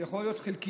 יכול להיות חלקיות,